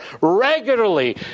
regularly